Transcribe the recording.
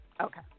Okay